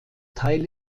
teil